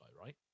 right